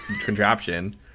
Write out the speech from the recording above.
contraption